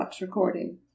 recording